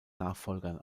nachfolgern